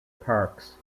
parks